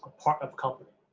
part of company,